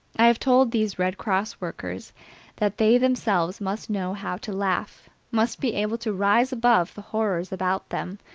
i have told these red cross workers that they themselves must know how to laugh, must be able to rise above the horrors about them,